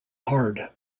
hard